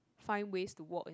find ways to walk in